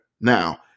now